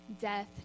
death